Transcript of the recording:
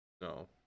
No